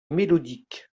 mélodique